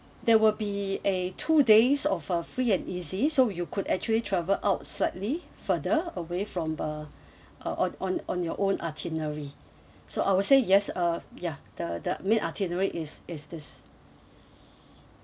there will be a two days of uh free and easy so you could actually travel out slightly further away from uh uh on on on your own itinerary so I would say yes uh ya the the main itinerary is is this